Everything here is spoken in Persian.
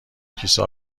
کیسه